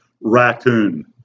raccoon